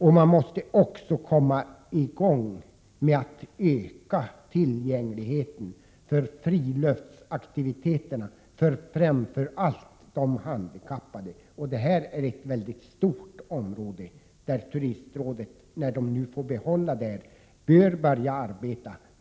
Det är också nödvändigt att komma i gång med att förbättra tillgängligheten till friluftsaktiviteterna, framför allt för de handikappade. Det är ett väldigt stort område där Turistrådet, när det nu får behålla uppdraget, bör börja arbeta.